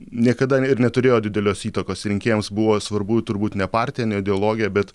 niekada ir neturėjo didelios įtakos rinkėjams buvo svarbu turbūt ne partija ne ideologija bet